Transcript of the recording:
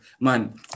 Man